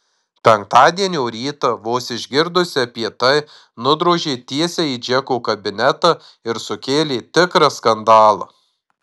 penktadienio rytą vos išgirdusi apie tai nudrožė tiesiai į džeko kabinetą ir sukėlė tikrą skandalą